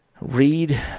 read